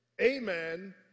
amen